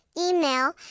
email